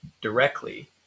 directly